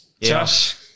Josh